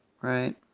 right